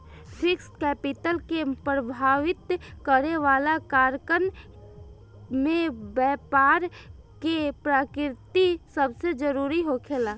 fixed capital के प्रभावित करे वाला कारकन में बैपार के प्रकृति सबसे जरूरी होखेला